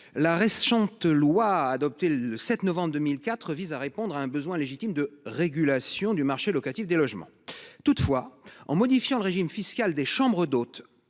nationale le 7 novembre 2024 vise à répondre à un besoin légitime de régulation du marché locatif des logements. Toutefois, en modifiant le régime fiscal des chambres d’hôtes